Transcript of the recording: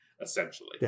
essentially